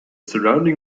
surrounding